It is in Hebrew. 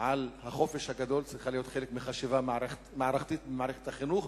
על החופש הגדול צריכה להיות חלק מחשיבה מערכתית במערכת החינוך,